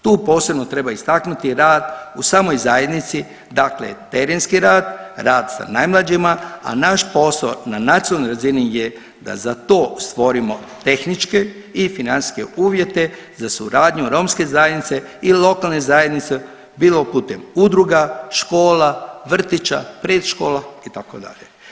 Tu posebno treba istaknuti rad u samoj zajednici, dakle terenski rad, rad sa najmlađima, a naš posao na nacionalnoj razini je da za to stvorimo tehničke i financijske uvjete za suradnju romske zajednice i lokalne zajednice bilo putem udruga, škola, vrtića, predškola itd.